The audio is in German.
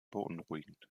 beunruhigend